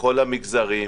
בכל המגזרים.